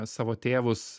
savo tėvus